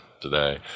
Today